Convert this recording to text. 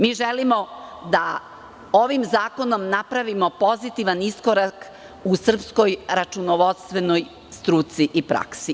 Mi želimo da ovim zakonom napravimo pozitivan iskorak u srpskoj računovodstvenoj struci i praksi.